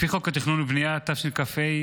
לפי חוק התכנון והבנייה, התשכ"ה,